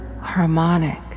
harmonic